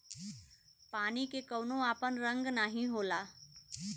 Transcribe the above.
पानी के कउनो आपन रंग नाही होला